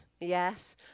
Yes